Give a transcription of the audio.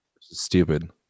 stupid